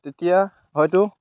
তেতিয়া হয়তো